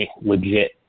legit